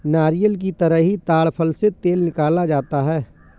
नारियल की तरह ही ताङ फल से तेल निकाला जाता है